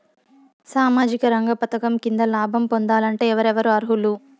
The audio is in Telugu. సామాజిక రంగ పథకం కింద లాభం పొందాలంటే ఎవరెవరు అర్హులు?